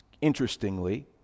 Interestingly